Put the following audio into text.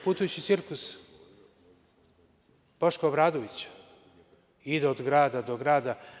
Putujući cirkus Boška Obradovića ide od grada do grada.